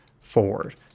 forward